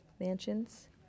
mansions